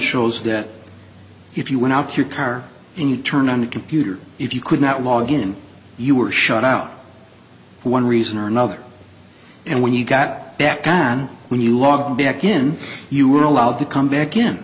shows that if you went out to your car and you turn on the computer if you could not log in you were shut out for one reason or another and when you got back can when you log back in you were allowed to come back in